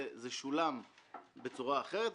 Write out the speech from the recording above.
זה שולם בצורה אחרת,